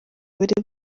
bari